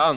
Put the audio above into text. För